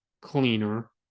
cleaner